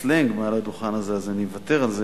בסלנג מעל הדוכן הזה, אז אני אוותר על זה,